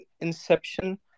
inception